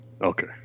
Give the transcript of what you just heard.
Okay